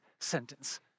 sentence